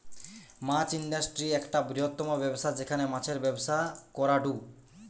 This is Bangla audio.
মাছ ইন্ডাস্ট্রি একটা বৃহত্তম ব্যবসা যেখানে মাছের ব্যবসা করাঢু